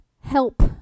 help